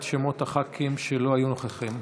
את שמות חברי הכנסת שלא היו נוכחים.